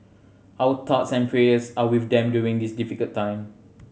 our thoughts and prayers are with them during this difficult time